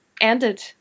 ended